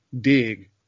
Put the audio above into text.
dig